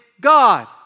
God